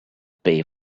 pay